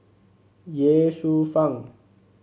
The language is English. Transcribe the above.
Ye Shufang